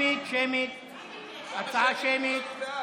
הצבעה שמית.